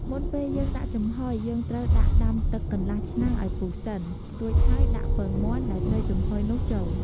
មុនពេលយើងដាក់ចំហុយ យើងត្រូវដាក់ដាំទឹកកន្លះឆ្នាំងឲ្យពុះសិន រួចហើយដាក់ពងមាន់ដែលត្រូវចំហុយនោះចូល។